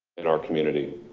in our community.